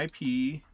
IP